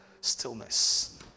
stillness